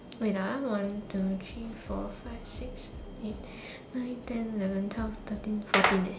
wait ah one two three four five six eight nine ten eleven twelve thirteen fourteen eh